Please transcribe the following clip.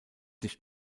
nicht